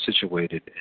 situated